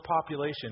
population